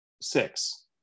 six